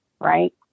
right